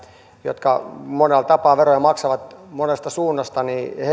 jotka monella tapaa veroja maksavat monesta suunnasta